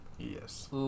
yes